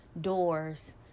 doors